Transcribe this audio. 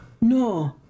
No